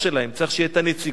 צריך שתהיה הנציגות שלהם,